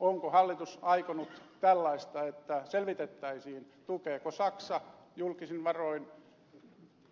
onko hallitus aikonut tällaista että selvitettäisiin tukeeko saksa julkisin varoin